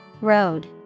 Road